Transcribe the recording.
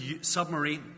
submarine